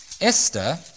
Esther